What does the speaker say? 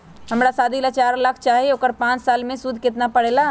हमरा शादी ला चार लाख चाहि उकर पाँच साल मे सूद कितना परेला?